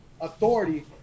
authority